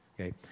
Okay